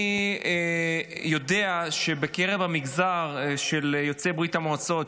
אני יודע שבקרב המגזר של יוצאי ברית המועצות,